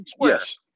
Yes